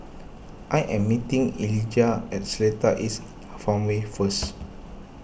I am meeting Elijah at Seletar East Farmway first